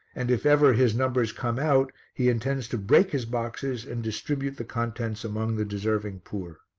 and if ever his numbers come out he intends to break his boxes and distribute the contents among the deserving poor.